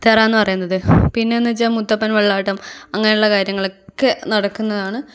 തറയെന്നു പറയുന്നത് പിന്നെയെന്നു വെച്ചാൽ മുത്തപ്പൻ വെള്ളാട്ടം അങ്ങനെയുള്ള കാര്യങ്ങളൊക്കെ നടക്കുന്നതാണ്